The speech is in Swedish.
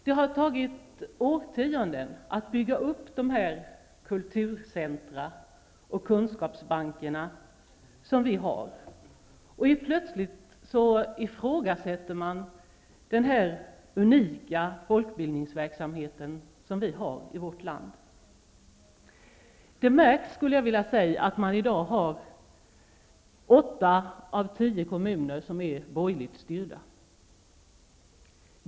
Det har tagit årtionden att bygga upp de kulturcentra och kunskapsbanker som nu finns. Men helt plötsligt ifrågasätter man denna unika folkbildningsverksamhet som finns i vårt land. Det märks att åtta av tio kommuner i dag är borgerligt styrda.